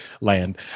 land